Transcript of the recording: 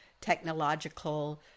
technological